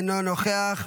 אינו נוכח,